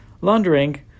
Laundering